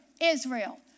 Israel